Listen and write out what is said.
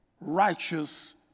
righteous